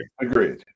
Agreed